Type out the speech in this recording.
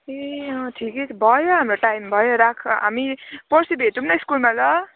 ए अँ ठिकै छ भयो हाम्रो टाइम भयो राख हामी पर्सी भेटौँ न स्कुलमा ल